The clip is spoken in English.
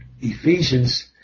Ephesians